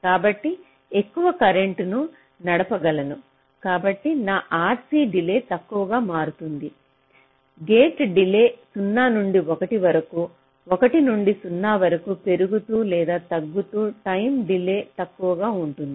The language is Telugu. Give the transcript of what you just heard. కాబట్టి ఎక్కువ కరెంట్ ను నడపగలను కాబట్టి నా RC డిలే తక్కువగా మారుతుంది గేట్ డిలే 0 నుండి 1 వరకు 1 నుండి 0 వరకు పెరుగు లేదా తగ్గు టైం డిలే తక్కువగా ఉంటుంది